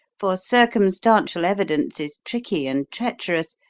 for circumstantial evidence is tricky and treacherous,